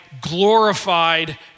glorified